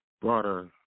broader